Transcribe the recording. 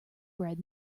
bred